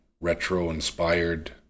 retro-inspired